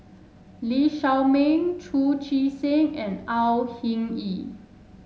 Lee Shao Meng Chu Chee Seng and Au Hing Yee